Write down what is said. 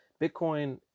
Bitcoin